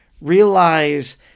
realize